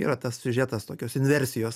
yra tas siužetas tokios inversijos